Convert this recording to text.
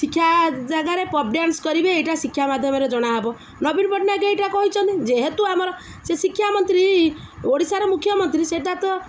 ଶିକ୍ଷା ଜାଗାରେ pub dance କରିବେ ଏଇଟା ଶିକ୍ଷା ମାଧ୍ୟମରେ ଜଣା ହେବ ନବୀନ ପଟ୍ଟନାୟକ ଏଇଟା କହିଛନ୍ତି ଯେହେତୁ ଆମର ସେ ଶିକ୍ଷା ମନ୍ତ୍ରୀ ଓଡ଼ିଶାର ମୁଖ୍ୟମନ୍ତ୍ରୀ ସେଇଟା ତ